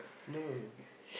no